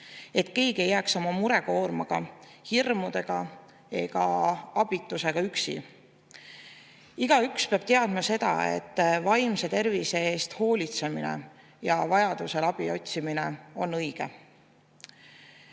ei tohi jääda oma murekoormaga, hirmudega, abitusega üksi. Igaüks peab teadma, et vaimse tervise eest hoolitsemine ja vajadusel abi otsimine on